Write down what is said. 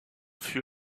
fut